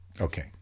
Okay